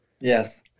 Yes